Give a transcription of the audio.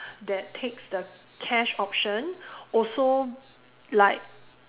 that takes the cash option also like